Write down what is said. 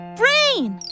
brain